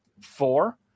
four